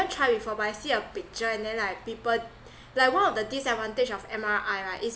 try before but I see a picture and then like people like one of the disadvantage of M_R_I right it's